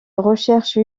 recherche